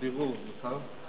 יש לי איזה בירור לעשות.